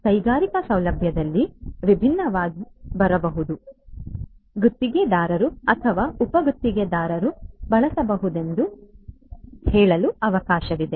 ಕೈಗಾರಿಕಾ ಸೌಲಭ್ಯದಲ್ಲಿ ವಿಭಿನ್ನವಾಗಿರಬಹುದು ಗುತ್ತಿಗೆದಾರರು ಅಥವಾ ಉಪ ಗುತ್ತಿಗೆದಾರರು ಬಳಸಬಹುದೆಂದು ಹೇಳಲು ಅವಕಾಶವಿದೆ